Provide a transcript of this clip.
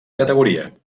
categoria